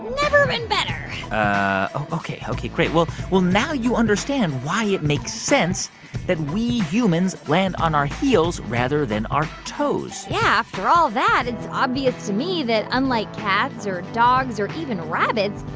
never been better ok, ok, great. well, now you understand why it makes sense that we humans land on our heels rather than our toes yeah, after all that, it's obvious to me that unlike cats or dogs or even rabbits,